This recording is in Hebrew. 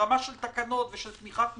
מרמה של תקנות ומתמיכה של